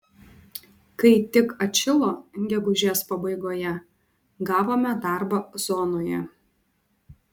kai tik atšilo gegužės pabaigoje gavome darbą zonoje